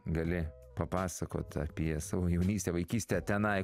gali papasakot apie savo jaunystę vaikystę tenai